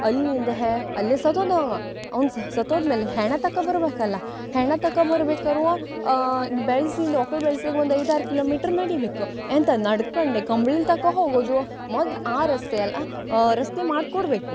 ಅಲ್ಲಿಂದ ಹ್ಯಾ ಅಲ್ಲೇ ಸತ್ತು ಹೋದ್ನು ಅವ ಅವ್ನು ಸತ್ತು ಹೋದ್ಮೇಲೆ ಹೆಣ ತಕೊ ಬರಬೇಕಲ್ಲ ಹೆಣ ತಕೊ ಬರ್ಬೇಕಾರೂ ಬೆಳ್ಸಿಯಿಂದ ಒಕ್ಲ್ ಬೆಳ್ಸಿಗೆ ಒಂದು ಐದಾರು ಕಿಲೋಮೀಟ್ರ್ ನಡಿಬೇಕು ಎಂತ ನಡ್ಕೊಂಡೆ ಕಂಬ್ಳಿಲಿ ತಕೊ ಹೋಗೋದು ಮೊದ್ಲು ಆ ರಸ್ತೆ ಎಲ್ಲ ರಸ್ತೆ ಮಾಡಿಕೊಡ್ಬೇಕು